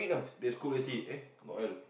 they sc~ the scoot got oil